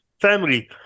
family